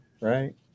right